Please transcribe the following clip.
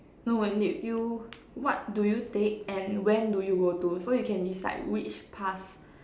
no when you what do you take and when do you go to so you can decide which past